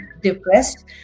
depressed